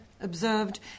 Observed